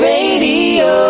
Radio